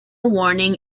warning